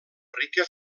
rica